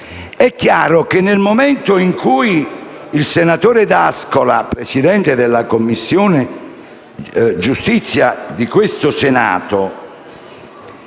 questo, nel momento in cui il senatore D'Ascola, presidente della Commissione giustizia di questo Senato,